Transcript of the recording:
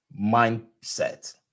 mindset